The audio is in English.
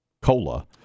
cola